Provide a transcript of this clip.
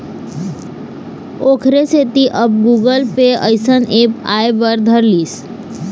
ओखरे सेती अब गुगल पे अइसन ऐप आय बर धर लिस